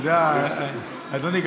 אדוני,